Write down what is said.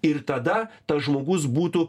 ir tada tas žmogus būtų